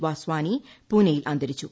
വസ്വാനി പൂനൈയിൽ അന്തരിച്ചു